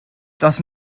does